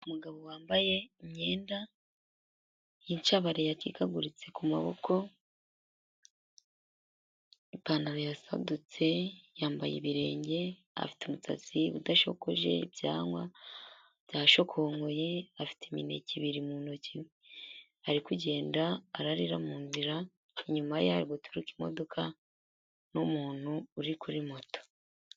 Umugabo wambaye imyenda y'incabari yacikaguritse ku maboko, ipantaro yasadutse, yambaye ibirenge, afite umusatsi udasokoje, ibyanwa byashokonkoye, afite imineke ibiri mu ntoki ari kugenda ararira mu nzira, inyuma ye hari guturuka imodoka n'umuntu uri kuri moto.